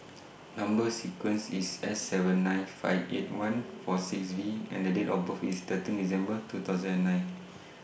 Number sequence IS S seven nine five eight one four six V and The Date of birth IS thirteen December two thousand and nine